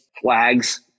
flags